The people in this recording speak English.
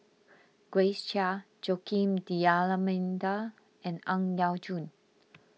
Grace Chia Joaquim D'Almeida and Ang Yau Choon